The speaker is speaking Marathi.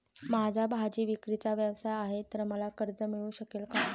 माझा भाजीविक्रीचा व्यवसाय आहे तर मला कर्ज मिळू शकेल का?